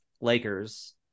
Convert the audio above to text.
Lakers